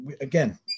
again